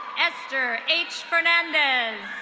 esther h fernandez.